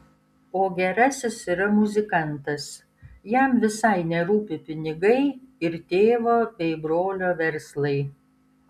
o gerasis yra muzikantas jam visai nerūpi pinigai ir tėvo bei brolio verslai